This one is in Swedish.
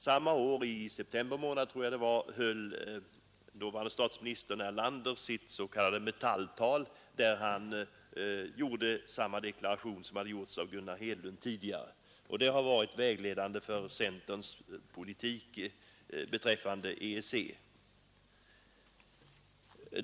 Samma år, i september månad, höll dåvarande statsministern Erlander sitt s.k. Metalltal, där han gjorde samma deklaration som hade gjorts av Gunnar Hedlund tidigare. Det har varit vägledande för centerns politik beträffande EEC.